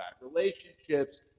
relationships